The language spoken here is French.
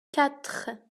quatre